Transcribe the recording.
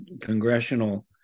congressional